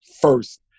first